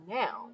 now